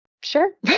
sure